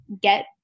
get